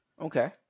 Okay